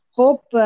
hope